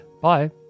Bye